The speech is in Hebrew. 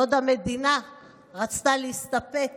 בעוד המדינה רצתה להסתפק